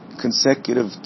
consecutive